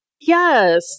Yes